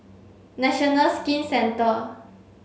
National Skin Centre